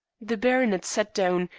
the baronet sat down,